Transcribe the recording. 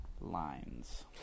lines